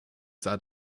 sah